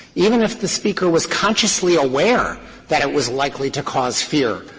even if the speaker was consciously aware that it was likely to cause fear,